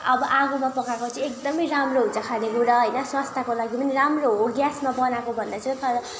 अब आगोमा पकाएको चाहिँ एकदमै राम्रो हुन्छ खानेकुरा होइन स्वास्थ्यको लागि पनि राम्रो हो ग्यासमा बनाएकोभन्दा चाहिँ तर